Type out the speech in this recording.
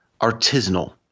artisanal